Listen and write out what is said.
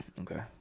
Okay